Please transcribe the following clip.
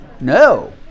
No